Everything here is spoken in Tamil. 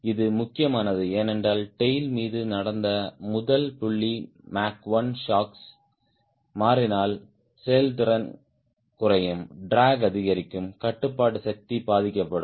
இது முக்கியமானது ஏனென்றால் டேய்ல் மீது நடந்த முதல் புள்ளி மாக் 1 ஷாக்ஸ் மாறினால் செயல்திறன் குறையும் ட்ராக் அதிகரிக்கும் கட்டுப்பாட்டு சக்தி பாதிக்கப்படும்